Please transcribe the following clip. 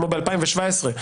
כמו ב-2017,